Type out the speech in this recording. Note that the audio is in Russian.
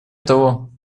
того